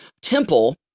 temple